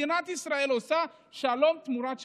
מדינת ישראל עושה שלום תמורת שלום,